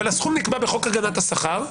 אבל הסכום נקבע בחוק הגנת השכר,